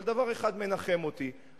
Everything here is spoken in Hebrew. אבל דבר אחד מנחם אותי,